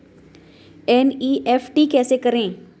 NEFT कैसे करें?